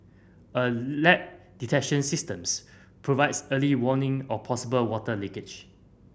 a leak detection systems provides early warning of possible water leakage